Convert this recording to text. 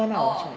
orh